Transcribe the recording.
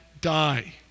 die